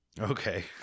okay